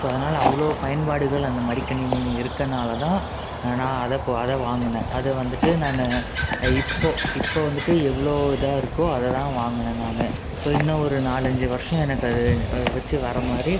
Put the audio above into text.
so அதனால அவ்வளோ பயன்பாடுகள் அந்த மடிக்கணினியில் இருக்கறனால தான் நான் அதை போ அதை வாங்கினேன் அதை வந்துட்டு நான் இப்போது இப்போது வந்துட்டு எவ்வளோ இதாக இருக்கோ அதைதான் வாங்கினேன் நான் ஸோ இன்னும் ஒரு நாலஞ்சு வருஷம் எனக்கு அது வச்சு வரமாதிரி